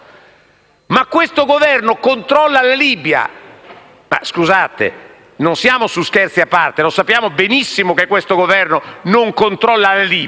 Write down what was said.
Ma questo Governo controlla la Libia? Scusate, non siamo su «scherzi a parte», lo sappiamo benissimo che questo Governo non controlla la Libia.